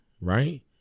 right